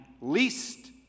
least